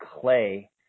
clay